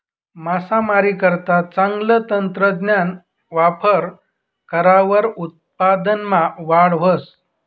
मासामारीकरता चांगलं तंत्रज्ञानना वापर करावर उत्पादनमा वाढ व्हस